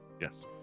Yes